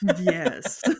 yes